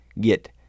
get